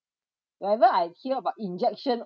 whenever I hear about injection